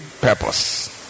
purpose